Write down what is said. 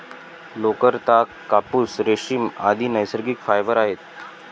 लोकर, ताग, कापूस, रेशीम, आदि नैसर्गिक फायबर आहेत